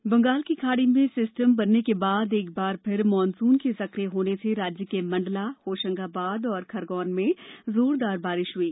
मौसम बंगाल की खाड़ी में सिस्टम बनने के बाद एक बार फिर मानसून के सक्रिय होने से राज्य के मंडला होशंगाबाद और खरगोन में जोरदार बारिश हुई